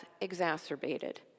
exacerbated